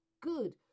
good